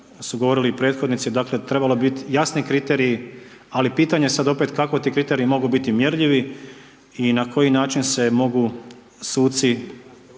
su govorili i prethodnici, dakle trebali bi bit jasni kriteriji, ali pitanje je sad opet kako ti kriteriji mogu biti mjerljivi i na koji način se mogu suci